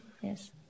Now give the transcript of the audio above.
Yes